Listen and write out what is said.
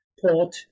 port